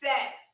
Sex